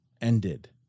ended